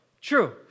true